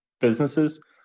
businesses